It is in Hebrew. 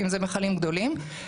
אם זה מכלים גדולים.